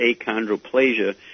achondroplasia